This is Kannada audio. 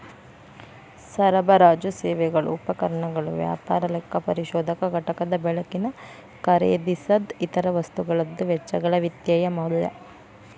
ಸರಬರಾಜು ಸೇವೆಗಳು ಉಪಕರಣಗಳು ವ್ಯಾಪಾರ ಲೆಕ್ಕಪರಿಶೋಧಕ ಘಟಕದ ಬಳಕಿಗೆ ಖರೇದಿಸಿದ್ ಇತರ ವಸ್ತುಗಳದ್ದು ವೆಚ್ಚಗಳ ವಿತ್ತೇಯ ಮೌಲ್ಯ